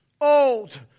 old